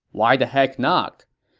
why the heck not?